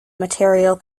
material